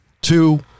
two